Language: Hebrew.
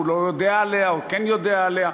הוא לא יודע עליה או כן יודע עליה,